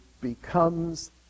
becomes